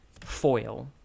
foil